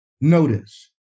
Notice